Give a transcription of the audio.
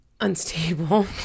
unstable